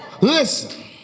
Listen